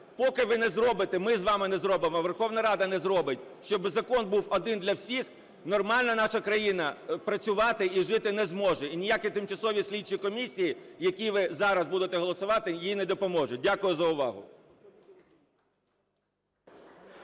громадян. Поки ми з вами не зробимо, Верховна Рада не зробить, щоби закон був один для всіх, нормально наша країна працювати і жити не зможе. І ніякі тимчасові слідчі комісії, які ви зараз будете голосувати, їй не допоможуть. Дякую за увагу.